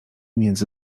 między